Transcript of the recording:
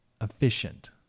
efficient